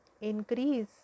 increase